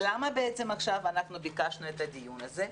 ולמה בעצם אנחנו ביקשנו את הדיון הזה עכשיו?